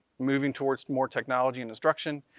moving towards more technology in instruction,